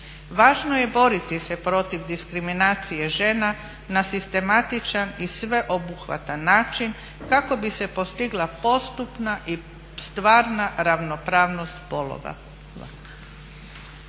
Važno je boriti se protiv diskriminacije žena na sistematičan i sveobuhvatan način kako bi se postigla postupna i stvarna ravnopravnost spolova.